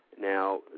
Now